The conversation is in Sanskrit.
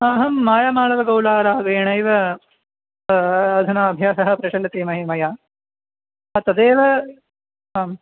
अहं मायामालवगौलारागेणैव अधुना अभ्यासः प्रचलति मया तदेव आम्